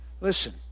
Listen